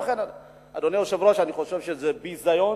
אדוני היושב-ראש, אני חושב שזה ביזיון